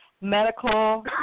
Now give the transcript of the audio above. medical